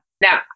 Now